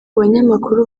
banyamakuru